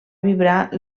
vibrar